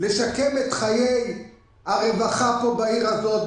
לשקם את חיי הרווחה בעיר הזאת.